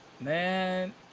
man